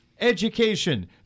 Education